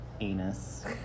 anus